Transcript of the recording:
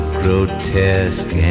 grotesque